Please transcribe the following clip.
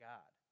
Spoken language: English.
God